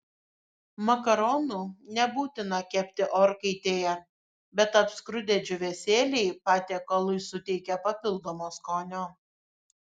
makaronų nebūtina kepti orkaitėje bet apskrudę džiūvėsėliai patiekalui suteikia papildomo skonio